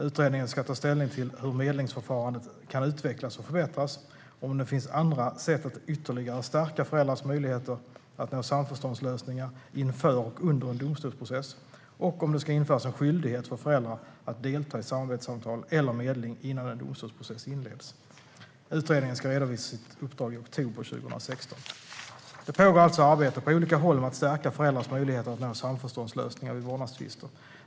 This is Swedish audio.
Utredningen ska ta ställning till hur medlingsförfarandet kan utvecklas och förbättras, om det finns andra sätt att ytterligare stärka föräldrars möjligheter att nå samförståndslösningar inför och under en domstolsprocess och om det ska införas en skyldighet för föräldrar att delta i samarbetssamtal eller medling innan en domstolsprocess inleds. Utredningen ska redovisa sitt uppdrag i oktober 2016. Det pågår alltså arbete på olika håll med att stärka föräldrars möjligheter att nå samförståndslösningar vid vårdnadstvister.